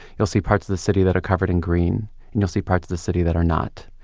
you'll see parts of the city that are covered in green, and you'll see parts of the city that are not,